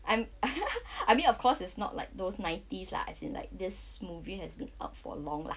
I I mean of course it's not like those nineties lah as in like this movie has been out for long lah